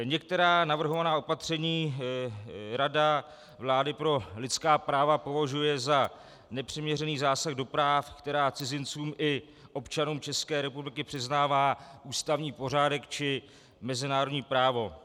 Některá navrhovaná opatření Rada vlády pro lidská práva považuje za nepřiměřený zásah do práv, která cizincům i občanům České republiky přiznává ústavní pořádek či mezinárodní právo.